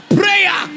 prayer